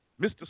mr